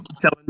telling